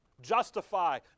justify